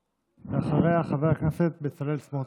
ואחריה, חבר הכנסת בצלאל סמוטריץ'.